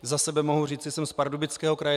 Za sebe mohu říci, že jsem z Pardubického kraje.